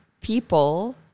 people